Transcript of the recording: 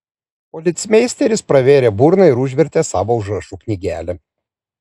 policmeisteris pravėrė burną ir užvertė savo užrašų knygelę